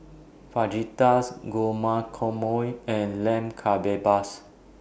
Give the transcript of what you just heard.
Fajitas Guacamole and Lamb Kebabs